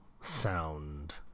sound